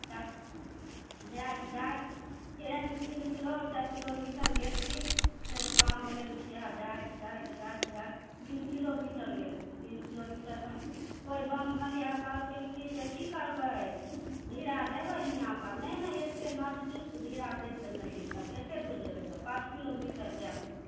तऽ जाइत जाइत फेर तीन किलो चारि किलोमीटर गेलखिन तखन पाँव गेलनि खिआ जाइत जाइत जाइत जाइत तीन किलोमीटर गेलखिन तीन किलोमीटरमे कोइ बम बोलनिहार कहलखिन कि जे की करबै डेरा देबै इहाँपर तऽ नहि नहि एतेक नजदीक डेरा दै से नहि हइ तऽ कतेक किलोमीटर जेबै तऽ पाँच किलोमीटर जायब